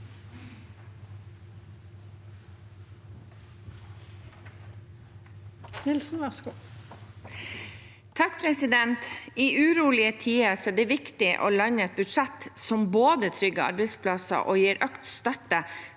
(A) I urolige tider er det viktig å lande et budsjett som både trygger arbeidsplasser og gir økt støtte